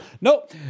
Nope